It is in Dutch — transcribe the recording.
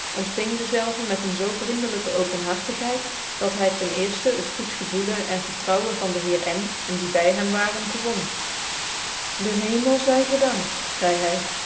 ontfing dezelve met een zoo vricndclykc openhartigheid dat hy ten cerfte het goed gcvoclc cn vertromvc van de heer n cn die bv hem waren won den hemel y gedankt zcidc hy